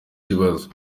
ibibazo